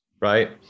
right